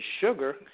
sugar